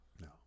No